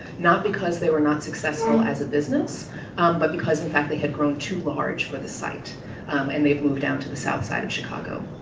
not because they were not successful as a business but because, in fact, they had grown too large for the site and they moved down to the south side of chicago.